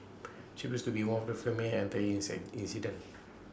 she appears to be The One of the filming the entire inset incident